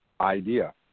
idea